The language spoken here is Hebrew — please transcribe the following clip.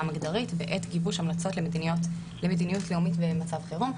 מגדרית בעת גיבוש המלצות למדיניות לאומית ומצב חירום.